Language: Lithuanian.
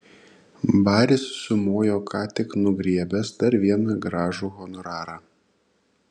baris sumojo ką tik nugriebęs dar vieną gražų honorarą